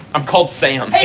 i'm called sam